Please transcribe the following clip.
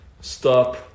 Stop